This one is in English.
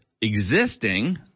existing